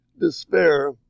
despair